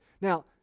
Now